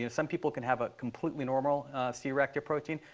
you know some people can have ah completely normal c-reactive protein,